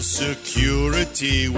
security